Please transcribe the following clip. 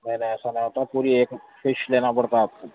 نہیں نہیں ایسا نہیں ہوتا پوری ایک فش لینا پڑتا آپ کو